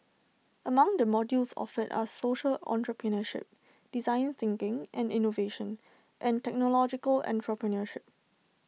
among the modules offered are social entrepreneurship design thinking and innovation and technological entrepreneurship